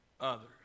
others